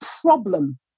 problem